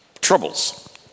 troubles